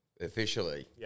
officially